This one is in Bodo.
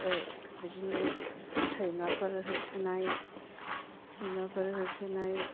बिदिनो सैमाफोर होसोनाय